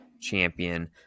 champion